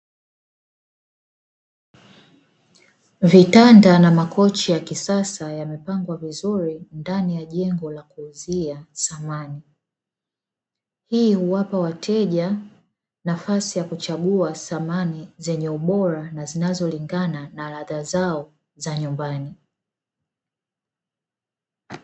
Vitanda na makochi ya kisasa yamepangwa vizuri ndani ya jengo la kuuzia samani, hii huwapa wateja nafasi ya kuchagua samani zenye ubora na zinazolingana na ladha zao za nyumbani.